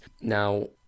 now